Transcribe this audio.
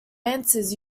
answers